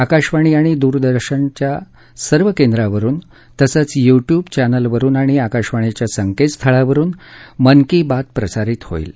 आकाशवाणी आणि दूरदर्शनवरच्या सर्व केंद्रांवरून तसंच यूट्यूब चॅनलवरुन आणि आकाशवाणीच्या संकेत स्थळावरुन मन की बात प्रसारित होईल